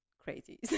crazy